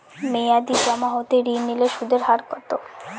মেয়াদী জমা হতে ঋণ নিলে সুদের হার কত?